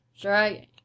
Dragon